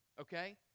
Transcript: okay